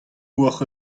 hocʼh